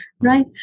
right